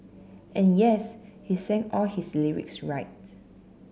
and yes he sang all his lyrics right